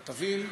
כתבים,